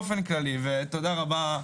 תודה רבה.